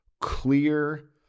clear